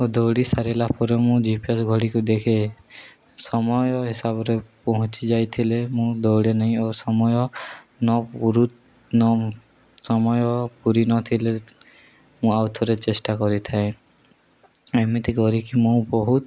ଓ ଦୌଡ଼ି ସାରିଲା ପରେ ମୁଁ ଜି ପି ଏସ୍ ଘଡ଼ିକୁ ଦେଖେ ସମୟ ହିସାବରେ ପହଞ୍ଚି ଯାଇଥିଲେ ମୁଁ ଦୌଡ଼େ ନାହିଁ ଓ ସମୟ ନ ପୁରୁ ନ ସମୟ ପୁରି ନଥିଲେ ମୁଁ ଆଉ ଥରେ ଚେଷ୍ଟା କରିଥାଏ ଏମିତି କରିକି ମୁଁ ବହୁତ